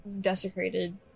desecrated